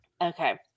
Okay